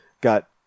got